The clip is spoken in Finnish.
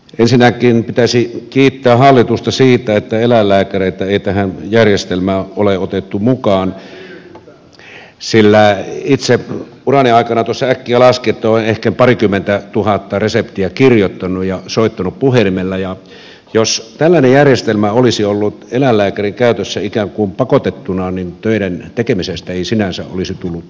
ensinnäkin pitäisi kiittää hallitusta siitä että eläinlääkäreitä ei tähän järjestelmään ole otettu mukaan sillä itse urani aikana tuossa äkkiä laskin olen ehkä parikymmentätuhatta reseptiä kirjoittanut ja soittanut puhelimella ja jos tällainen järjestelmä olisi ollut eläinlääkärikäytössä ikään kuin pakotettuna niin töiden tekemisestä ei sinänsä olisi tullut mitään